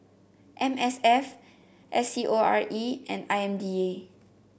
M S F S C O R E and I M D A